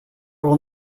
will